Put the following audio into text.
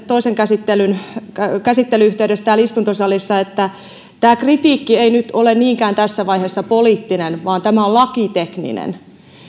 toisen käsittelyn käsittelyn yhteydessä täällä istuntosalissa että tämä kritiikki ei nyt ole tässä vaiheessa niinkään poliittinen vaan tämä on lakitekninen